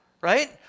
right